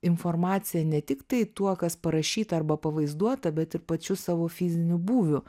informaciją ne tiktai tuo kas parašyta arba pavaizduota bet ir pačiu savo fiziniu būviu